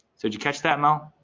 did you catch that mel?